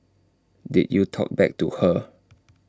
did you talk back to her